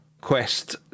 quest